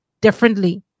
differently